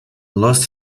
lost